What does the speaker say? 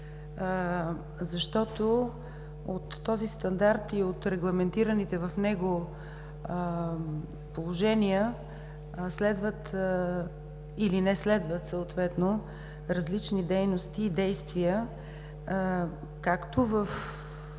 защото от този стандарт и от регламентираните в него положения следват или не следват съответно различни дейности и действия както в